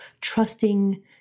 trusting